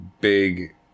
big